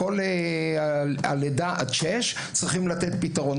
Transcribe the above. לכל גילאי לידה עד שש צריך לתת פתרון.